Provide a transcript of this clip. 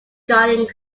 guarding